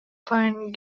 fine